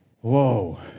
Whoa